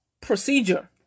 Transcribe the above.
procedure